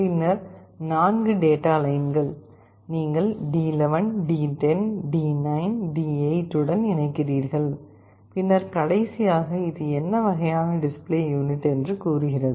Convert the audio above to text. பின்னர் 4 டேட்டா லைன்கள் நீங்கள் D11 D10 D9 D8 உடன் இணைக்கிறீர்கள் பின்னர் கடைசியாக இது என்ன வகையான டிஸ்ப்ளே யூனிட் என்று கூறுகிறது